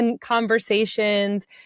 conversations